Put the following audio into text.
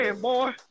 boy